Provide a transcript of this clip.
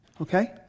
Okay